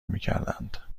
میکردند